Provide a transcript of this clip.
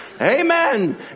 Amen